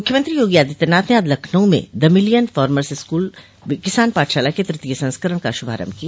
मुख्यमंत्री योगी आदित्यनाथ ने आज लखनऊ में द मिलियन फार्मर्स स्कूल किसान पाठशाल के तृतीय संस्करण का शुभारम्भ किया